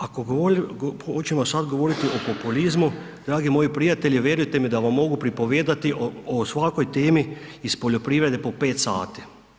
Ako govorimo, hoćemo sada govoriti o populizmu, dragi moji prijatelji, vjerujte mi da vam mogu pripovijedati o svakoj temi iz poljoprivrede po 5 sati.